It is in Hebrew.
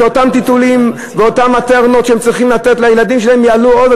שאותם טיטולים ואותן מטרנות שהם צריכים לתת לילדים שלהם יעלו עוד?